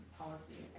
policy